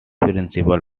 principal